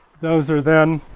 those are then